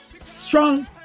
Strong